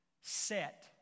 set